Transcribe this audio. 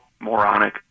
Moronic